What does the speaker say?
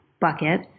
bucket